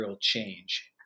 change